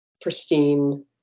pristine